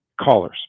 callers